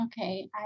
Okay